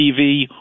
TV